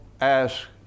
ask